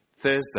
Thursday